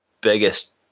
biggest